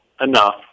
enough